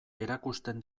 erakusten